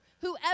whoever